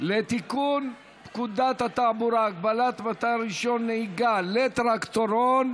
לתיקון פקודת התעבורה (הגבלת מתן רישיון נהיגה לטרקטורון),